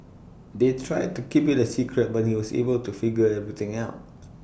they tried to keep IT A secret but he was able to figure everything out